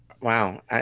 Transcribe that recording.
Wow